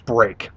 Break